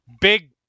big